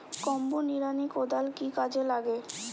Combo নিড়ানি কোদাল কি কাজে লাগে?